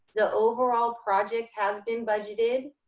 the overall project has been budgeted.